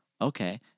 Okay